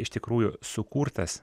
iš tikrųjų sukurtas